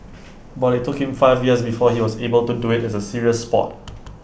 but IT took him five years before he was able to do IT as A serious Sport